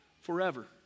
Forever